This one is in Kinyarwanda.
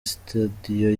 studio